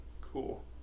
cool